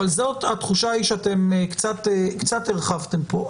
אבל התחושה היא שאתם קצת הרחבתם פה.